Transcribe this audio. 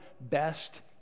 best